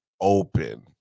open